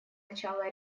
начала